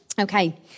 Okay